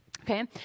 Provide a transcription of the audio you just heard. Okay